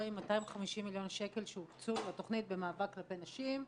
עם 250 מיליון שקל שהוקצו לתכנית במאבק כלפי נשים.